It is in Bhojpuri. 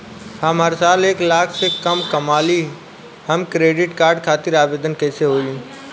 हम हर साल एक लाख से कम कमाली हम क्रेडिट कार्ड खातिर आवेदन कैसे होइ?